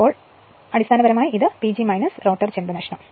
അതിനാൽ അടിസ്ഥാനപരമായി അത് ആയിരിക്കും PG റോട്ടർ ചെമ്പ് നഷ്ടം